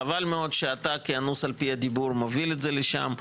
חבל מאוד שאתה כאנוס על פי הדיבור מוביל את זה לשם.